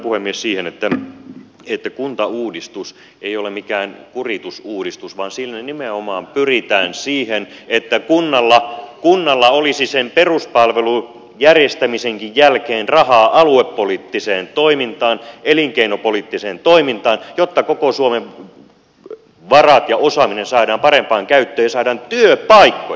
lopetan puhemies siihen että kuntauudistus ei ole mikään kuritusuudistus vaan sillä nimenomaan pyritään siihen että kunnalla olisi sen peruspalveluiden järjestämisenkin jälkeen rahaa aluepoliittiseen toimintaan elinkeinopoliittiseen toimintaan jotta koko suomen varat ja osaaminen saadaan parempaan käyttöön ja saadaan työpaikkoja